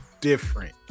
different